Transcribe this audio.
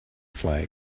flag